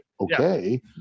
okay